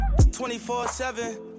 24-7